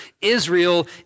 Israel